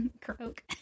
Croak